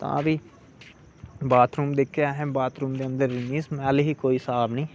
ता बी बाथरूम दिक्खे असें बाथरुम दे अंदर इन्नी स्मैल्ल ही कोई स्हाब नेईं